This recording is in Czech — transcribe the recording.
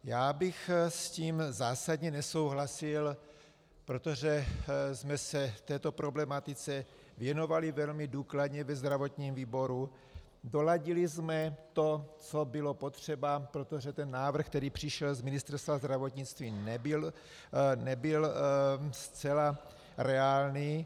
Já bych s tím zásadně nesouhlasil, protože jsme se této problematice věnovali velmi důkladně ve zdravotním výboru, doladili jsme to, co bylo potřeba, protože ten návrh, který přišel z Ministerstva zdravotnictví, nebyl zcela reálný.